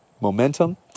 momentum